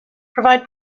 provide